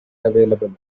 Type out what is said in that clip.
available